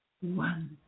One